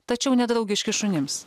tačiau nedraugiški šunims